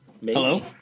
Hello